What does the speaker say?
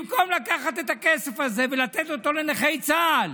במקום לקחת את הכסף הזה ולתת אותו לנכי צה"ל,